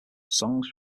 songs